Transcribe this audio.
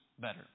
better